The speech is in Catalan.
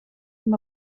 com